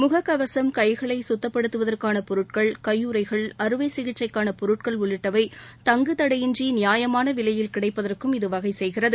முகக்கவசம் கைகளை சுத்தப்படுத்துவதற்கான பொருட்கள் கையுறைகள் அறுவை சிகிச்சைக்கான பொருட்கள் உள்ளிட்டவை தங்கு தடையின்றி நியாயமான விலையில் கிடைப்பதற்கும் இது வகை செய்கிறது